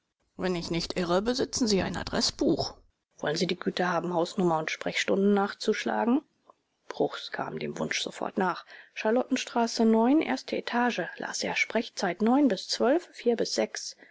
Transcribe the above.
wenn ich nicht irre besitzen sie ein adreßbuch wollen sie die güte haben hausnummer und sprechstunden nachzuschlagen bruchs kam dem wunsch sofort nach charlottenstraße neun erste etage las er sprechzeit neun bis zwölf vier bis sechs